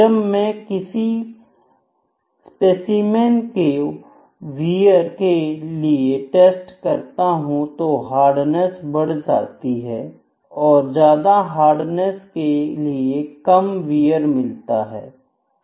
जब मैं किसी स्पेसिमेन को वियर के लिए टेस्ट करता हूं तो हार्डनेस बढ़ जाती है और ज्यादा हार्डनेस के लिए कम वियर मिलता है